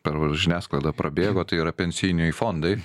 per žiniasklaida prabėgo tai yra pensijiniai fondai